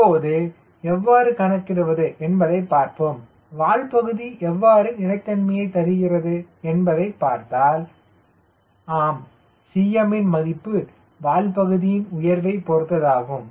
இப்போது எவ்வாறு கணக்கிடுவது என்பதை பார்போம் வால் பகுதி எவ்வாறு நிலைத்தன்மையை தருகிறது என்பதை பார்ப்போம் ஆம் Cm ன் மதிப்பு வால் பகுதியின் உயர்வை பொருத்ததாகும்